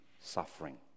suffering